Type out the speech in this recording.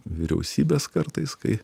vyriausybės kartais kai